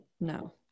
No